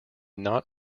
not